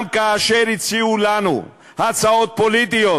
גם כאשר הציעו לנו הצעות פוליטיות